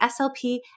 SLP